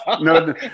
No